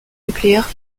nucléaires